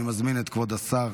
אני מזמין את כבוד השר